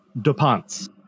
Duponts